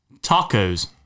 Tacos